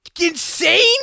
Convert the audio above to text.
Insane